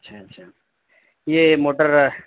اچھا اچھا یہ موٹر